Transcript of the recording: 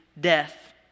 death